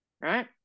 right